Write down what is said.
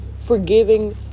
forgiving